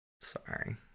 sorry